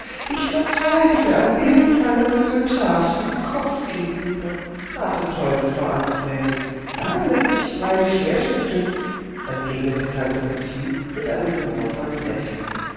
ich verzweifle an irgend einem resultat diesem kopf gegenüber hartes holz frau amtsrätin daran läßt sich freilich schwer schnitzeln entgegnete tante sophie mit einem humorvollen lächeln